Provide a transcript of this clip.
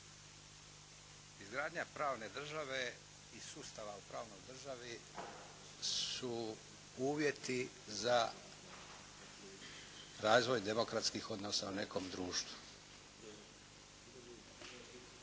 Izgradnja pravne države i sustava u pravnoj državi su uvjeti za razvoj demokratskih odnosa u nekom društvu.